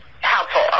helpful